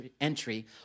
entry